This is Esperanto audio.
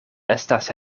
estas